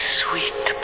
sweet